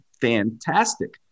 fantastic